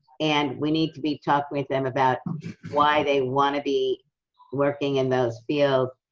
and we need to be talking with them about why they want to be working in those fields,